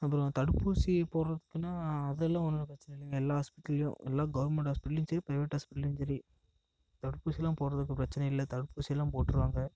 அப்புறம் தடுப்பூசி போடுறதுக்குனா அதெல்லாம் ஒன்றும் பிரச்சனை இல்லைங்க எல்லா ஹாஸ்ப்பெட்டலியும் எல்லா கவர்மண்ட் ஹாஸ்ப்பெட்டல்லியும் சரி ப்ரைவேட் ஹாஸ்ப்பெட்டல்லியும் சரி தடுப்பூசியெல்லாம் போடுறதுக்கு பிரச்சனை இல்லை தடுப்பூசியெல்லாம் போட்ருவாங்க